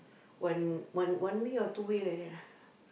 one one one way or two way like that